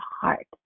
heart